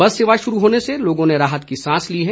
बस सेवा शुरू होने से लोगों ने राहत की सांस ली है